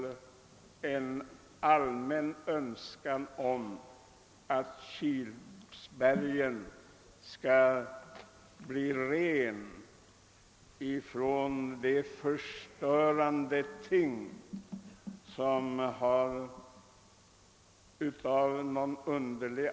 Det vill med andra ord säga att jag yrkar att riksdagen måtte besluta att avslå Kungl. Maj:ts proposition nr 32.